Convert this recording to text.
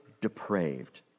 depraved